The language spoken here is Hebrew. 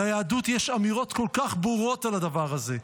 ליהדות יש אמירות כל כך ברורות על הדבר הזה.